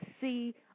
see